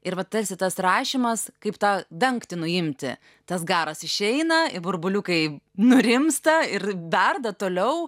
ir vat tarsi tas rašymas kaip tą dangtį nuimti tas garas išeina i burbuliukai nurimsta ir verda toliau